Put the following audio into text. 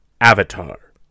Avatar